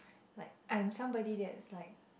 like I'm somebody that is like